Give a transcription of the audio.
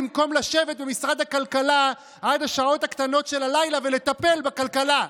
במקום לשבת במשרד הכלכלה עד השעות הקטנות של הלילה ולטפל בכלכלה.